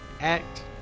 act